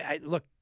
Look